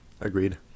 Agreed